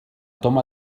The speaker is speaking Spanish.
toma